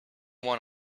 one